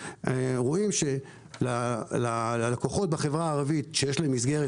רואים שלקוחות בחברה הערבית שיש להם מסגרת